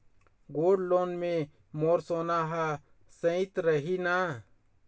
Gold loan मे मोर सोना हा सइत रही न?